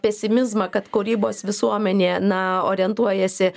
pesimizmą kad kūrybos visuomenė na orientuojasi